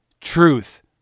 truth